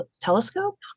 telescope